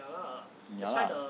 ya lah